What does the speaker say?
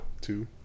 two